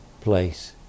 place